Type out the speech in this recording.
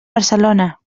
barcelona